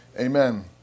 Amen